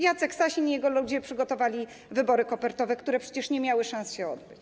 Jacek Sasin i jego ludzie przygotowali wybory kopertowe, które przecież nie miały szans się odbyć.